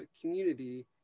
community